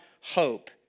hope